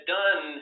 done